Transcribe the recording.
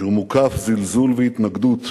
כשהוא מוקף זלזול והתנגדות,